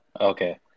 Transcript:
Okay